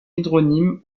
hydronyme